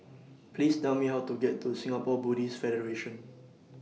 Please Tell Me How to get to Singapore Buddhist Federation